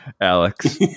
Alex